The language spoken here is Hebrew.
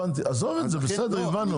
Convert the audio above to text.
עזוב את זה, בסדר, הבנו.